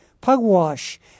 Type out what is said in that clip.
Pugwash